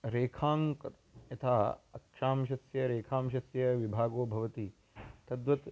रेखाङ्कः यथा अक्षांशस्य रेखांशस्य विभागो भवति तद्वत्